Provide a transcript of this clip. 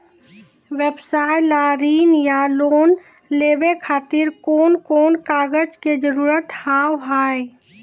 व्यवसाय ला ऋण या लोन लेवे खातिर कौन कौन कागज के जरूरत हाव हाय?